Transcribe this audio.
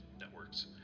networks